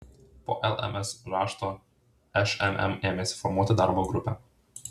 po lms rašto šmm ėmėsi formuoti darbo grupę